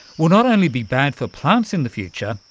will not only be bad for plants in the future,